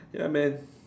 ya man